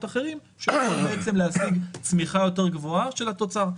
אחרים שיכולים להשיג צמיחה יותר גבוהה של התוצר.